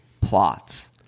plots